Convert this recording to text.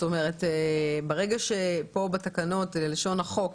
ברגע שכאן בתקנות לשון החוק